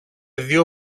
δυο